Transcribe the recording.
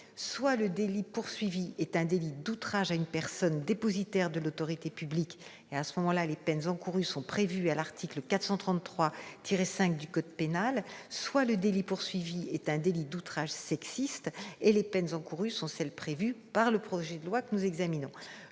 soit le délit poursuivi est un délit d'outrage à une personne dépositaire de l'autorité publique, et les peines encourues sont prévues à l'article 433-5 du code pénal, soit le délit poursuivi est un délit d'outrage sexiste, et les peines encourues sont celles prévues par le projet de loi. Le procureur